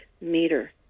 meter